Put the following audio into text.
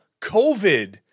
COVID